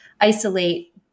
isolate